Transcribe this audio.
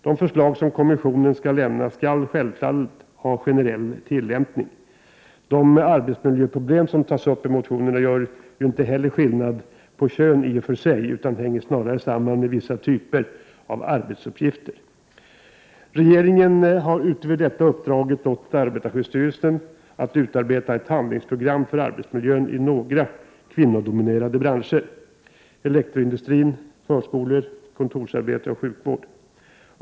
De förslag som kommissionen skall lämna skall självfallet ha generell tillämpning. De arbetsmiljöproblem som tas upp i motionerna gör ju inte heller skillnad på kön i och för sig utan hänger snarare samman med vissa typer av arbetsuppgifter. Regeringen har utöver detta uppdragit åt arbetarskyddsstyrelsen att utarbeta ett handlingsprogram för arbetsmiljön i några kvinnodominerade branscher, elektroindustri, förskolor, kontorsarbete och sjukvård.